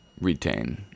retain